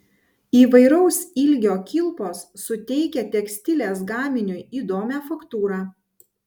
įvairaus ilgio kilpos suteikia tekstilės gaminiui įdomią faktūrą